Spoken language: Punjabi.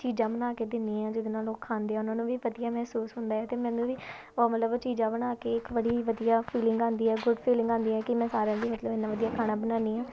ਚੀਜ਼ਾਂ ਬਣਾ ਕੇ ਦਿੰਦੀ ਹਾਂ ਜਿਹਦੇ ਨਾਲ ਉਹ ਖਾਂਦੇ ਆ ਉਹਨਾਂ ਨੂੰ ਵੀ ਵਧੀਆ ਮਹਿਸੂਸ ਹੁੰਦਾ ਹੈ ਅਤੇ ਮੈਨੂੰ ਵੀ ਉਹ ਮਤਲਬ ਚੀਜ਼ਾਂ ਬਣਾ ਕੇ ਇੱਕ ਬੜੀ ਵਧੀਆ ਫੀਲਿੰਗ ਆਉਂਦੀ ਹੈ ਗੁੱਡ ਫੀਲਿੰਗ ਆਉਂਦੀ ਹੈ ਕਿ ਮੈਂ ਸਾਰਿਆਂ ਲਈ ਮਤਲਬ ਇੰਨਾ ਵਧੀਆ ਖਾਣਾ ਬਣਾਉਂਦੀ ਹਾਂ